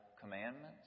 commandments